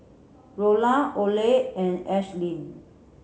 Rolla Ole and Ashlynn